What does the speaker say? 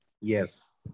Yes